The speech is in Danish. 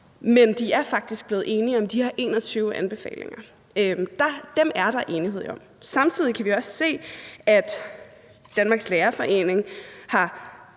men de er faktisk blevet enige om de her 21 anbefalinger. Dem er der enighed om. Samtidig kan vi også se, at Danmarks Lærerforening er